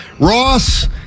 Ross